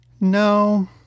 No